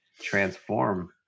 transform